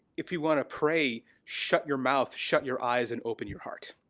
if you wanna pray shut your mouth, shut your eyes and open your heart,